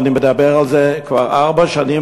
ואני מדבר על זה כבר ארבע שנים,